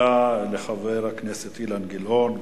תודה לחבר הכנסת אילן גילאון,